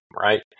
right